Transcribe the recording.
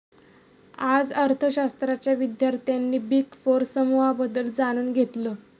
आज अर्थशास्त्राच्या विद्यार्थ्यांनी बिग फोर समूहाबद्दल जाणून घेतलं